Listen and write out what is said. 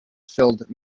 filled